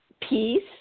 peace